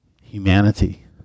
humanity